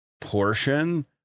portion